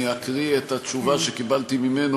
אני אקריא את התשובה שקיבלתי ממנו,